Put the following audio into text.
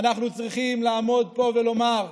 אנחנו צריכים לעמוד פה ולומר: